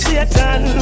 Satan